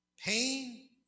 pain